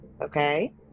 okay